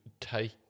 take